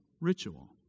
ritual